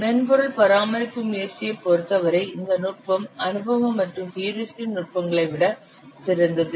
மென்பொருள் பராமரிப்பு முயற்சியைப் பொருத்தவரை இந்த நுட்பம் அனுபவ மற்றும் ஹியூரிஸ்டிக் நுட்பங்களை விட சிறந்தது